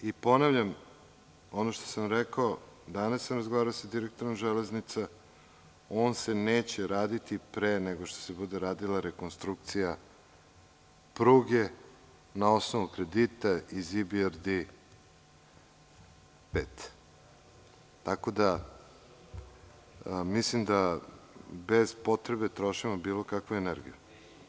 Ono što sam rekao, danas sam razgovarao sa direktorom Železnica, on se neće raditi pre nego što se bude radila rekonstrukcija pruge na osnovu kredita iz IBRD 5. Mislim da bez potrebe trošimo bilo kakvu energiju.